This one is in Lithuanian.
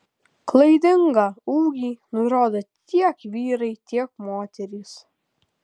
klaidingą ūgį nurodo tiek vyrai tiek moterys